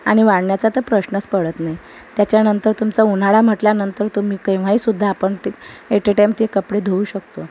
आणि वाळण्याचा तर प्रश्नच पडत नाही त्याच्यानंतर तुमचा उन्हाळा म्हटल्यानंतर तुम्ही केव्हाही सुद्धा आपण ते एटेटाइम ते कपडे धूवू शकतो